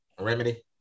Remedy